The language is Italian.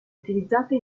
utilizzate